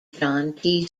john